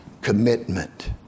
commitment